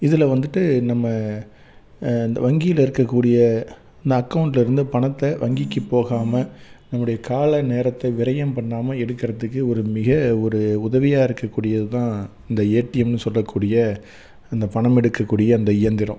இதில் வந்துவிட்டு நம்ம இந்த வங்கியில் இருக்கக்கூடிய இந்த அக்கௌண்ட்லருந்து பணத்தை வாங்கிக்கு போகாமல் நம்முடைய கால நேரத்தை விரையும் பண்ணாமல் எடுக்கிறதுக்கு ஒரு மிக ஒரு உதவியாக இருக்கக்கூடியதுதான் இந்த ஏடிஎம்ன்னு சொல்லக்கூடிய அந்த பணம் எடுக்கக்கூடிய அந்த இயந்திரம்